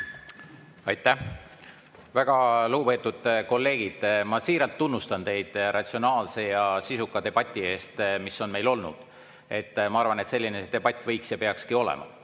Aitäh, väga lugupeetud kolleegid! Ma siiralt tunnustan teid ratsionaalse ja sisuka debati eest, mis meil on olnud. Ma arvan, et selline debatt võiks olla ja peakski olema.